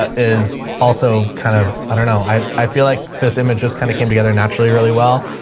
ah is also kind of, i dunno, i feel like this image just kinda came together naturally. really well.